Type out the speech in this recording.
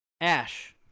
Ash